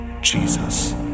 Jesus